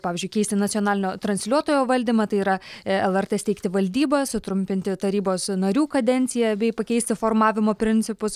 pavyzdžiui keisti nacionalinio transliuotojo valdymą tai yra lrt steigti valdybą sutrumpinti tarybos narių kadenciją bei pakeisti formavimo principus